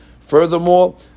Furthermore